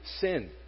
sin